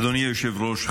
אדוני היושב-ראש,